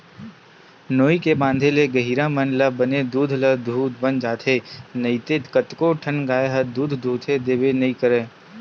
नोई के बांधे ले गहिरा मन ल बने दूद ल दूहूत बन जाथे नइते कतको ठन गाय ह दूद दूहने देबे नइ करय